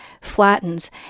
flattens